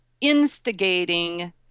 instigating